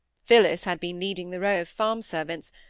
phillis had been leading the row of farm-servants,